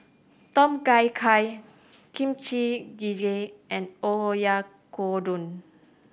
Tom Kha Gai Kimchi Jjigae and Oyakodon